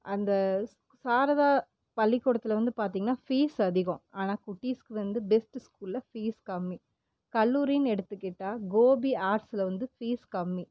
அந்த சாரதா பள்ளிக்கூடத்தில் வந்து பார்த்திங்கன்னா ஃபீஸ் அதிகம் ஆனால் குட்டீசுக்கு வந்து பெஸ்ட்டு ஸ்கூலில் ஃபீஸ் கம்மி கல்லூரின்னு எடுத்துக்கிட்டால் கோபி ஆட்ஸில் வந்து ஃபீஸ் கம்மி